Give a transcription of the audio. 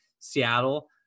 Seattle